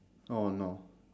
oh no